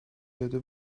داده